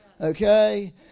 Okay